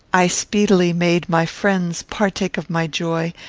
i speedily made my friends partake of my joy,